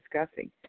discussing